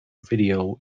video